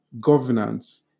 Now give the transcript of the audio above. governance